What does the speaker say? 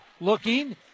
Looking